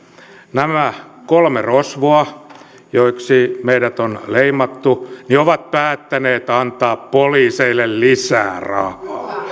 nämä kolme rosvoa joiksi meidät on leimattu ovat päättäneet antaa poliiseille lisää rahaa